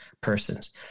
persons